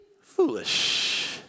foolish